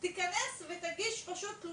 יש התחייבות.